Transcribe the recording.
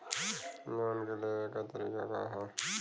Loan के लेवे क तरीका का ह?